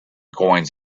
coins